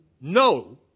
no